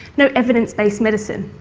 no evidence-based medicine,